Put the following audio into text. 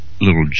little